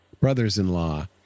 brothers-in-law